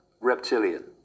reptilian